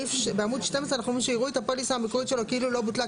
בעמוד 12 אנחנו אומרים שיראו את הפוליסה המקורית שלו כאילו לא בוטלה,